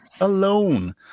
alone